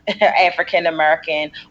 African-American